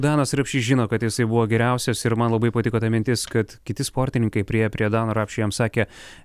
danas rapšys žino kad jisai buvo geriausias ir man labai patiko ta mintis kad kiti sportininkai priėję prie dano rapšio jam sakė